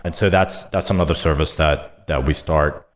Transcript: and so that's that's some of the service that that we start.